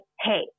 Hey